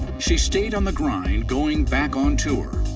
she stayed on the grind, going back on tour.